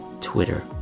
Twitter